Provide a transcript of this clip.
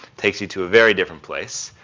takes you to a very different place.